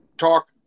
talk